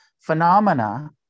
phenomena